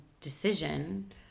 decision